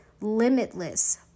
limitless